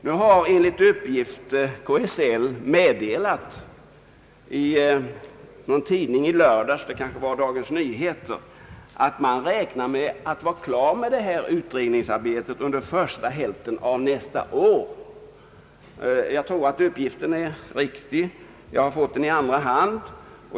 Nu har KSL meddelat i lördags i någon tidning — det var kanske Dagens Nyheter — att man räknar med att vara klar med utredningsarbetet under första hälften av nästa år. Jag tror att uppgiften är riktig, men jag har fått den i andra hand.